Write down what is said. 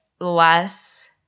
less